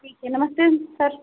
ठीक है नमस्ते सर